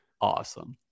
awesome